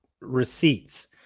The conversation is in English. receipts